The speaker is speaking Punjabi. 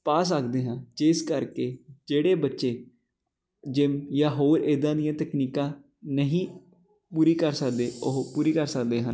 ਪਾ ਸਕਦੇ ਹਾਂ ਜਿਸ ਕਰਕੇ ਜਿਹੜੇ ਬੱਚੇ ਜਿਮ ਜਾਂ ਹੋਰ ਇੱਦਾਂ ਦੀਆ ਤਕਨੀਕਾਂ ਨਹੀਂ ਪੂਰੀ ਕਰ ਸਕਦੇ ਉਹ ਪੂਰੀ ਕਰ ਸਕਦੇ ਹਨ